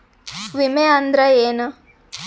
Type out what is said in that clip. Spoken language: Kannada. ವಿಮೆ ಅಂದ್ರೆ ಏನ?